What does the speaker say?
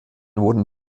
wurden